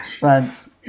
thanks